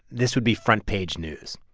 this would be front-page news,